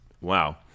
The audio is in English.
Wow